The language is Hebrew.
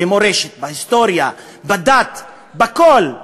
במורשת, בהיסטוריה, בדת, בכול.